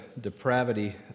depravity